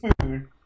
food